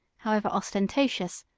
however ostentatious,